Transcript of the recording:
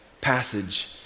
passage